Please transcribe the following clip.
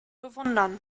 bewundern